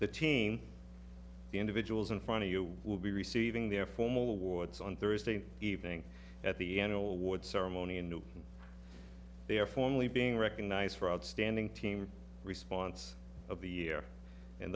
the team the individuals and funny you will be receiving their formal awards on thursday evening at the annual awards ceremony in new they are formally being recognized for outstanding team response of the year and